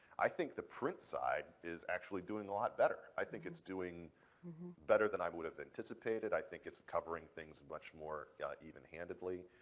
i think the print side is actually doing a lot better. i think it's doing better than i would have anticipated. i think it's covering things much more even-handedly,